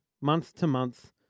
month-to-month